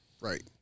Right